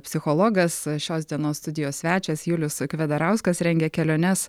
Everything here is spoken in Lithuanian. psichologas šios dienos studijos svečias julius kvedarauskas rengia keliones